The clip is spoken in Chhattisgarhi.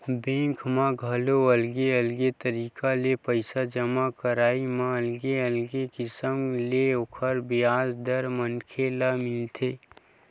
बेंक म घलो अलगे अलगे तरिका ले पइसा जमा करई म अलगे अलगे किसम ले ओखर बियाज दर मनखे ल मिलथे